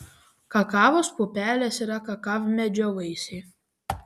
kakavos pupelės yra kakavmedžio vaisiai